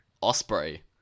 Osprey